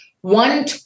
one